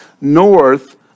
north